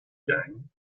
gang